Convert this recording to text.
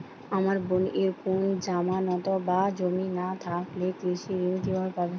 আমার বোনের কোন জামানত বা জমি না থাকলে কৃষি ঋণ কিভাবে পাবে?